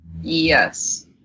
Yes